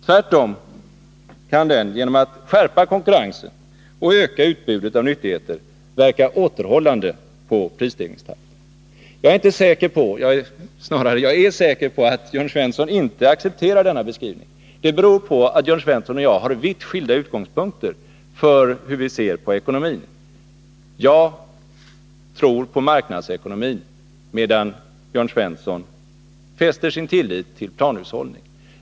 Tvärtom kan den genom att skärpa konkurrensen och öka utbudet av nyttigheter verka återhållande på prisstegringstakten. Jag är säker på att Jörn Svensson inte accepterar denna beskrivning. Det beror på att Jörn Svensson och jag har vitt skilda utgångspunkter för hur vi ser på ekonomin. Jag tror på marknadsekonomin, medan Jörn Svensson fäster sin tillit till planhushållning.